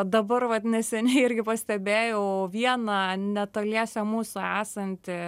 dabar vat neseniai irgi pastebėjau vieną netoliese mūsų esantį